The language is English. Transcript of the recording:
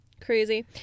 Crazy